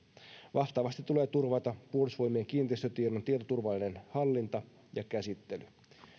vastaavasti tulee turvata puolustusvoimien kiinteistötiedon tietoturvallinen hallinta ja käsittely